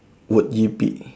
would it be